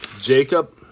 Jacob